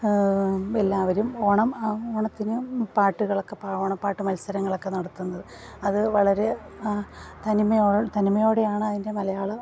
എല്ലാവരും ഓണം ഓണത്തിന് പാട്ടുകളൊക്കെ ഓണപാട്ടു മത്സരങ്ങളൊക്കെ നടത്തുന്നത് അത് വളരെ തനിമയോടെ തനിമയോടെയാണ് അതിൻ്റെ മലയാളം